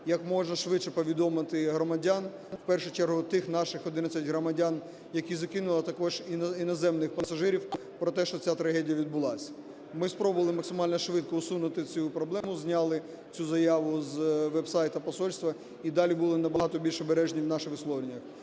як можна швидше повідомити громадян, в першу чергу, про тих наших 11 громадян, які загинули, а також іноземних пасажирів про те, що ця трагедія відбулась. Ми спробували максимально швидко усунути цю проблему, зняли цю заяву з веб-сайту посольства і далі були набагато більш обережні в наших висловлюваннях.